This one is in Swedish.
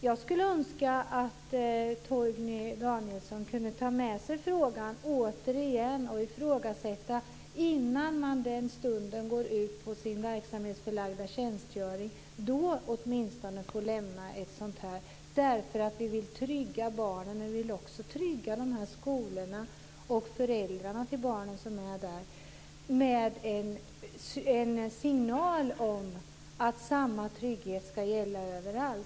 Jag skulle önska att Torgny Danielsson kunde ta med sig frågan återigen och ifrågasätta om man inte åtminstone innan man går ut på sin verksamhetsförlagda tjänstgöring kan få lämna ett sådant här intyg. Vi vill trygga barnen. Vi vill också trygga de här skolorna och föräldrarna till de barn som går där med en signal om att samma trygghet ska gälla överallt.